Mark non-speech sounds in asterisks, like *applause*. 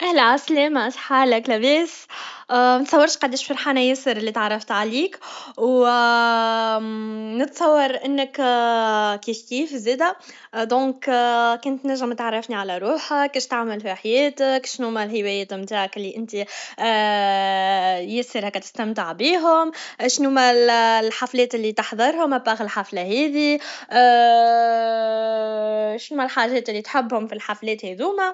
ااهلا عسلامه شحوالك لباس *hesitation* متقدرش تتصور قداش فرحانه ياسر لي تعرفت عليك و *hesitation* نتصور انك كيفكيف زاده دونك *hesitation* تنجم تعرفني على روحك واش تعمل في حياتك وشي هما الهوايات نتاعك ليا نتي *hesitation* ياسر هكا تستمتع بيهم اشنوما الحفلات لي تحضرهم اباغ الحفله هاذي *hesitation* شنوما الحاجات لي تحبهم في الحفلات هذوما